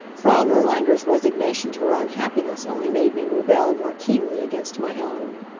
frau nirlanger's resignation to her unhappiness only made me rebel more keenly against my own.